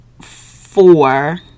four